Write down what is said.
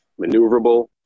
maneuverable